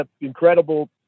incredible